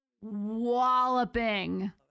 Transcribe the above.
Walloping